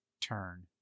turn